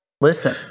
Listen